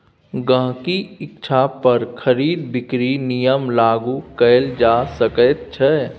गहिंकीक इच्छा पर खरीद बिकरीक नियम लागू कएल जा सकैत छै